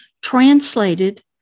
translated